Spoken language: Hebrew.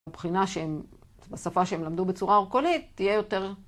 מבחינה שהם, בשפה שהם למדו בצורה אורקולית, תהיה יותר...